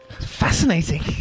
fascinating